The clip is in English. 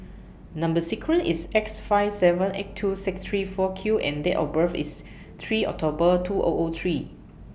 Number sequence IS X five seven eight two six three four Q and Date of birth IS three October two O O three